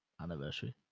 anniversary